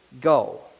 go